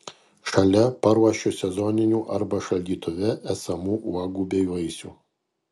šalia paruošiu sezoninių arba šaldytuve esamų uogų bei vaisių